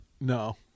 no